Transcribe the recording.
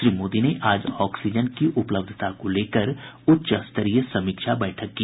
श्री मोदी ने आज ऑक्सीजन की उपलब्धता को लेकर उच्च स्तरीय समीक्षा बैठक की